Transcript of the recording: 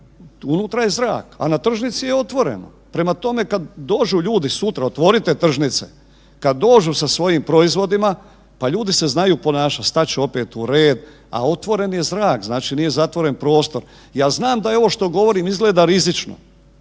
unutra je zrak, a na tržnici je otvoreno. Prema tome, kada dođu ljudi sutra otvorite tržnice, kada dođu sa svojim proizvodima pa ljudi se znaju ponašat, stat će opet u red, a otvoren je zrak znači nije zatvoren prostor. Ja znam da ovo što govorim izgleda rizično,